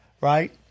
right